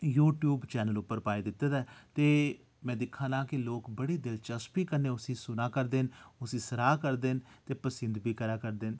में अपने YouTube channel उप्पर पाई दित्ते दा ऐ ते में दिक्खा नां कि लोक बड़ी दिलचस्पी कन्नै उसी सुना करदे न उसी सराहा करदे न ते पसिंद बी करा करदे न